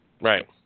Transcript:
Right